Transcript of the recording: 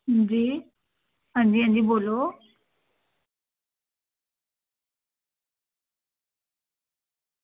अंजी आं जी आं जी बोल्लो